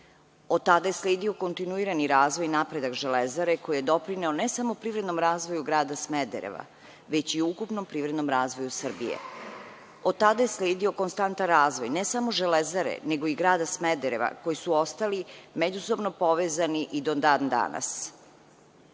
Od tada je sledio kontinuirani razvoj i napredak Železare koji je doprineo ne samo privrednom razvoju grada Smedereva, već i ukupnom privrednom razvoju Srbije. Od tada je sledio konstantan razvoj ne samo Železare, nego i grada Smedereva, koji su ostali međusobno povezani i do dan danas.